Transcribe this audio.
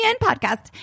podcast